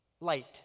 light